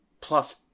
plus